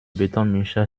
betonmischer